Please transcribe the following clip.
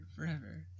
forever